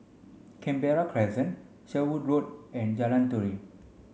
Canberra Crescent Sherwood Road and Jalan Turi